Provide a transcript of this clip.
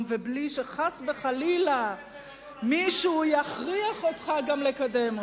ובלי שחס וחלילה מישהו יכריח אותך גם לקדם אותו.